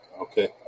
Okay